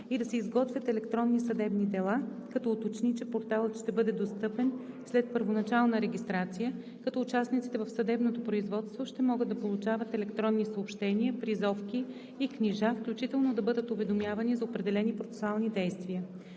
и да се изготвят електронни съдебни дела, като уточни, че порталът ще бъде достъпен след първоначална регистрация, като участниците в съдебното производство ще могат да получават електронни съобщения, призовки и книжа, включително да бъдат уведомявани за определени процесуални действия.